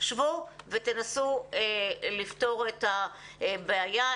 שבו ותנסו לפתור את הבעיה.